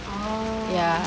ya